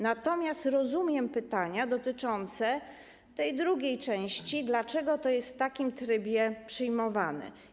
Natomiast rozumiem pytania dotyczące tej drugiej części: Dlaczego to jest w takim trybie przyjmowane?